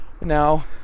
Now